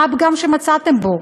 מה הפגם שמצאתם בו?